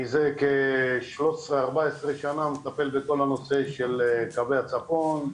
מזה כ-13-14 שנה מטפל בכל הנושא של קווי הצפון,